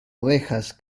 ovejas